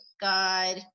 God